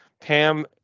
Pam